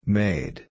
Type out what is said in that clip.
made